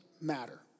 matter